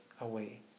away